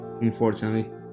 unfortunately